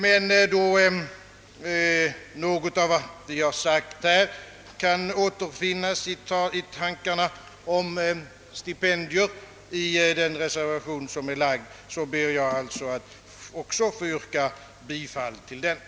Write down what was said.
Men då något av vad vi motionärer sagt, kanske återfinnes i de tankar om stipendier som ligger till grund för reservation A, ber jag att få yrka bifall till denna.